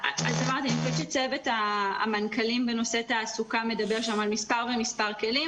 צוות המנכ"לים בנושא תעסוקה מדבר על מספר כלים,